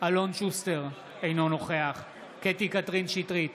אלון שוסטר, אינו נוכח קטי קטרין שטרית,